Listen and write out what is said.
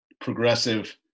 progressive